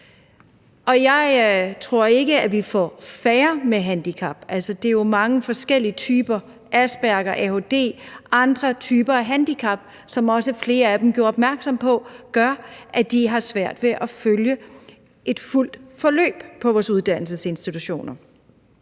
Jeg tror ikke, at vi får færre med handicap. Det er jo mange forskellige typer, asperger, ADHD og andre typer handicap, som flere af dem gjorde opmærksom på gør, at de har svært ved at følge et fuldt forløb på vores uddannelsesinstitutioner.